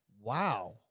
Wow